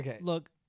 look